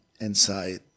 inside